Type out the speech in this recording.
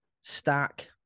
Stack